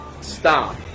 stop